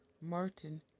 Martin